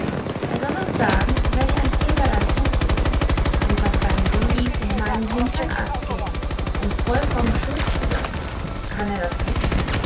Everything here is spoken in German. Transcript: er soll uns sagen welch einen fehler dein fuß besitzt und was deinem busen und meinem hintern abgeht um vollkommen schön zu sein kann er das nicht